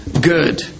good